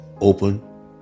open